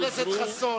חבר הכנסת חסון,